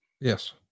Yes